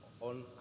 on